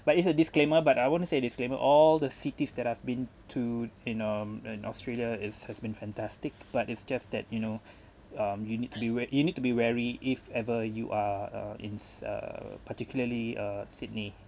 but it's a disclaimer but I want to say disclaimer all the cities that I've been to in um in australia is has been fantastic but it's just that you know um you need be wa~ you need to be wary if ever you are uh in uh particularly uh sydney